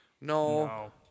No